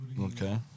okay